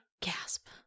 Gasp